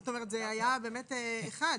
זאת אומרת, זה היה דבר אחד.